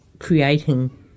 creating